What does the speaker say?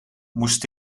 moest